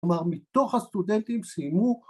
‫כלומר, מתוך הסטודנטים סיימו...